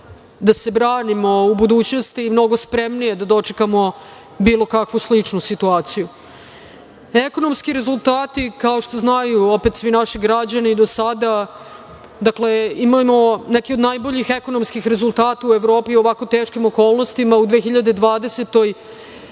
da se branimo u budućnosti i mnogo spremnije da dočekamo bilo kakvu sličnu situaciju. Ekonomski rezultati, kao što znaju svi naši građani, imamo neke od najboljih ekonomskih rezultata u Evropi i u ovako teškim okolnostima u 2020.